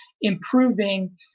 improving